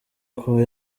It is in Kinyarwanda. kuba